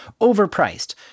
overpriced